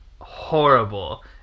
horrible